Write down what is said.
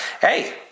hey